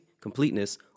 completeness